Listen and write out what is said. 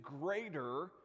greater